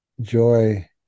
joy